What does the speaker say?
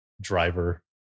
driver